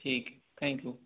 ٹھیک ہے thank you